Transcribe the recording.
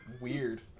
Weird